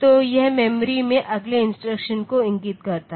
तो यह मेमोरी में अगले इंस्ट्रक्शन को इंगित करता है